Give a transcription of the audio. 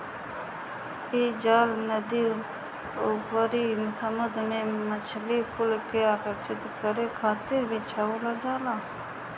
इ जाल नदी अउरी समुंदर में मछरी कुल के आकर्षित करे खातिर बिछावल जाला